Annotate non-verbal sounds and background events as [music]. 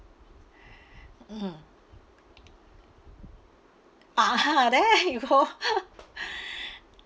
[breath] mm (uh huh) there you go [laughs] [breath]